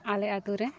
ᱟᱞᱮ ᱟᱹᱛᱩᱨᱮ